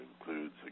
includes